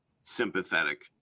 sympathetic